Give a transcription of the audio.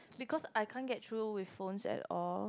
because I can't get through with phones at all